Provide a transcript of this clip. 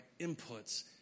inputs